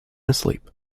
asleep